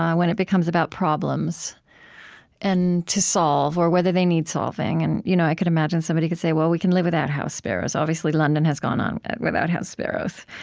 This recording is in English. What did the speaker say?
when it becomes about problems and to solve or whether they need solving, and you know i could imagine, somebody could say, well, we can live without house sparrows. obviously, london has gone on without house sparrows.